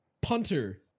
punter